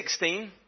16